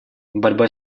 борьба